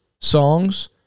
songs